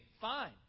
Fine